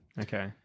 Okay